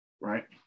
right